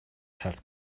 have